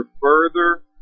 further